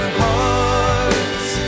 hearts